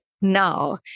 now